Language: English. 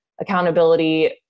accountability